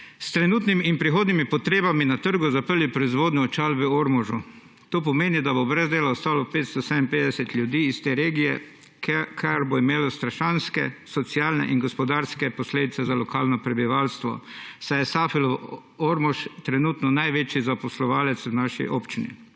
s trenutnimi in prihodnjimi potrebami na trgu zaprli proizvodnjo očal v Ormožu. To pomeni, da bo brez dela ostalo 557 ljudi iz te regije, kar bo imelo strašanske socialne in gospodarske posledice za lokalno prebivalstvo, saj je Safilo Ormož trenutno največji zaposlovalec v naši občini.